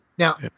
Now